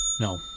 No